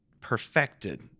perfected